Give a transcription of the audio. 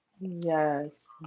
yes